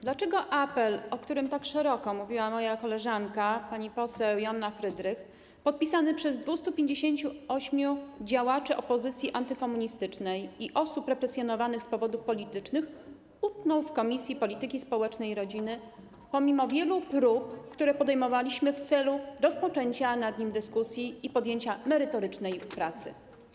Dlaczego apel, o którym tak szeroko mówiła moja koleżanka, pani poseł Joanna Frydrych, podpisany przez 258 działaczy opozycji antykomunistycznej i osób represjonowanych z powodów politycznych utknął w Komisji Polityki Społecznej i Rodziny pomimo wielu prób, które podejmowaliśmy w celu rozpoczęcia nad nim dyskusji i podjęcia merytorycznej pracy?